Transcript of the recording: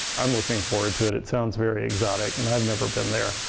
i'm looking forward to it. it sounds very exotic and i've never been there.